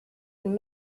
and